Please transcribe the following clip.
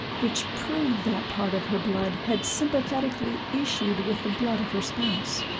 which proved that part of her blood had sympathetically issued with the blood of her spouse.